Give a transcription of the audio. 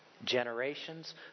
Generations